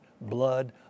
blood